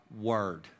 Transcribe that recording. word